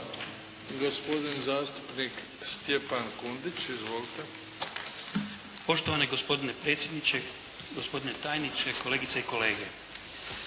Gospodin zastupnik Stjepan Kundić. Izvolite. **Kundić, Stjepan (HDZ)** Poštovani gospodine predsjedniče, gospodine tajniče, kolegice i kolege.